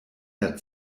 der